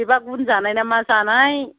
बेबा गुन जानाय ना माजानाय